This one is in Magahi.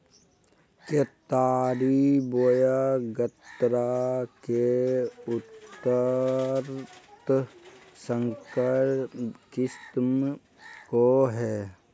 केतारी बोया गन्ना के उन्नत संकर किस्म कौन है?